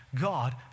God